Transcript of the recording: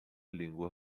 língua